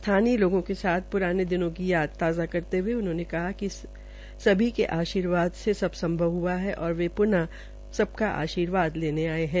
स्थानीय लोगों के साथ प्राने दिनों की याद ताज़ा करते हये उन्होंने कहा कि सभी के आर्शीवाद से सब संभव हआ है और वे प्न आर्शीवा लेने पहंचे है